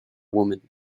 woman